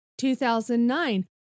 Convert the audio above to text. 2009